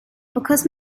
because